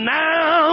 now